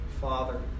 Father